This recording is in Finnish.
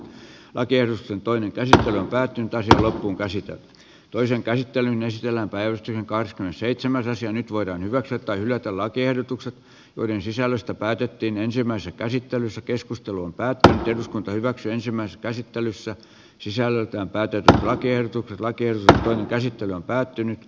akersin toinen toiseen päätyyn tai silloin kun käsi toisen käsittelyn esillä päivikki karsitaan seitsemän raisio nyt voidaan hyväksyä tai hylätä lakiehdotukset joiden sisällöstä päätettiin ensimmäisessä käsittelyssä keskustelun päättää eduskunta hyväksyi ensimmäisen käsittelyssä sisällöltään päätetään lakiehdotuksen voi kieltää käsittely on päättynyt